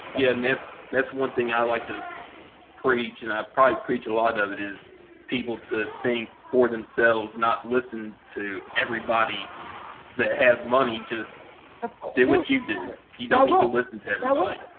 yeah. and that's that's one thing i like to preach and i probably preach a lot of it is people to think for themselves, not listen to everybody that has money. just do what you do. you don't need to listen to everybody.